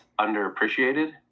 underappreciated